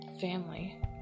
family